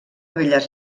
belles